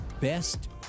Best